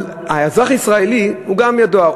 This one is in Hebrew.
האזרח הישראלי גם ידוע,